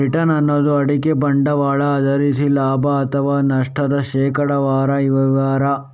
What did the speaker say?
return ಅನ್ನುದು ಹೂಡಿಕೆ ಬಂಡವಾಳ ಆಧರಿಸಿ ಲಾಭ ಅಥವಾ ನಷ್ಟದ ಶೇಕಡಾವಾರು ವಿವರ